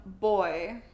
boy